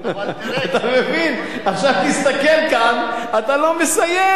עכשיו תסתכל כאן, אתה לא מסיים.